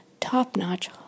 top-notch